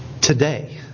today